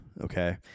okay